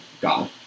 God